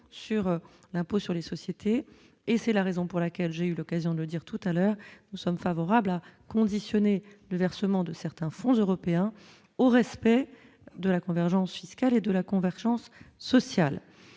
d'sur l'impôt sur les sociétés et c'est la raison pour laquelle j'ai eu l'occasion de le dire tout à l'heure, nous sommes favorables à conditionner le versement de certains fonds européens au respect de la convergence, fiscale et de la convergence sociale